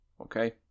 Okay